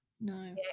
no